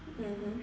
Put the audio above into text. mmhmm